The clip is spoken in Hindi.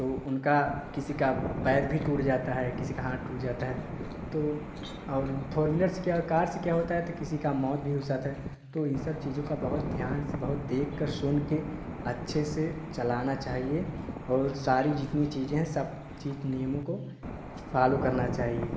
तो उनका किसी का पैर भी टूट जाता है किसी का हाथ टूट जाता तो और फ़ोर व्हीलर से क्या कार से क्या होता है तो किसी का मौत भी हो जाता है तो इन सब चीज़ों का बहुत ध्यान से बहुत देखकर सुनकर अच्छे से चलाना चाहिए और सारी जितनी चीज़े हैं सब चीज़ नियमों को फॉलो करना चाहिए